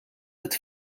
het